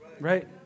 right